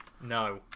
No